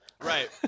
right